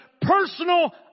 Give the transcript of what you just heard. personal